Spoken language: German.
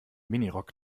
minirock